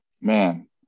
man